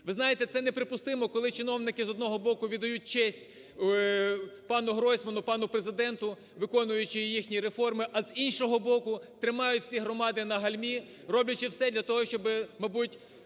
Ви знаєте, це неприпустимо, коли чиновники, з одного боку, віддають честь пану Гройсману, пану Президенту, виконуючи їхні реформи, а, з іншого боку, тримають ці громади на гальмі, роблячи все для того, щоб, мабуть,